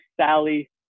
Sally